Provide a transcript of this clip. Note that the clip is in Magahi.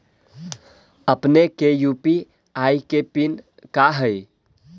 अपने के यू.पी.आई के पिन का हई